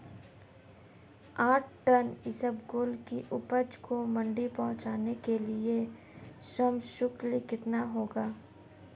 आठ टन इसबगोल की उपज को मंडी पहुंचाने के लिए श्रम शुल्क कितना होगा?